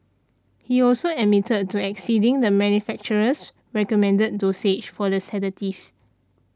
he also admitted to exceeding the manufacturer's recommended dosage for the sedative